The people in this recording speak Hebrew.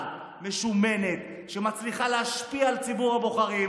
משומנת שמצליחה להשפיע על ציבור הבוחרים.